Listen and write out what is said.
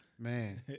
Man